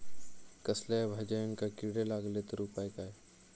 कसल्याय भाजायेंका किडे लागले तर उपाय काय?